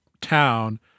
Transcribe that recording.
town